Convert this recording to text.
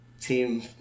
team